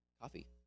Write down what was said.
Coffee